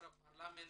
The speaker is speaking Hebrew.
במיוחד,